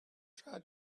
try